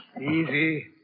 Easy